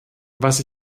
was